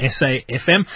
SAFM